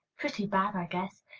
pretty bad, i guess.